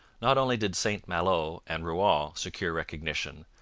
not only did st malo and rouen secure recognition,